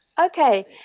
Okay